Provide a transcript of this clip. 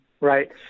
Right